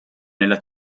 nella